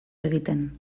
egiten